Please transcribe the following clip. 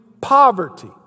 poverty